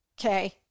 Okay